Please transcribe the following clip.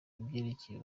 ivyerekeye